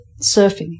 surfing